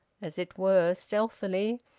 as it were stealthily,